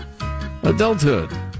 Adulthood